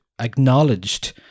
acknowledged